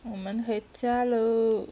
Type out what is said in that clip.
我们回家 lor